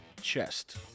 chest